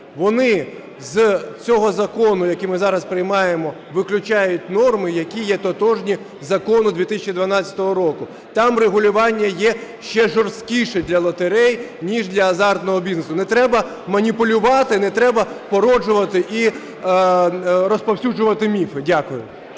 вони з цього закону, який ми зараз приймаємо, виключають норми, які є тотожні закону 2012 року. Там регулювання є ще жорсткіше для лотерей, ніж для азартного бізнесу. Не треба маніпулювати, не треба породжувати і розповсюджувати міфи. Дякую.